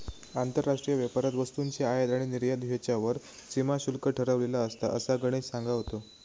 आंतरराष्ट्रीय व्यापारात वस्तूंची आयात आणि निर्यात ह्येच्यावर सीमा शुल्क ठरवलेला असता, असा गणेश सांगा होतो